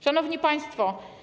Szanowni Państwo!